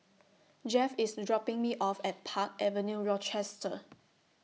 Jeff IS dropping Me off At Park Avenue Rochester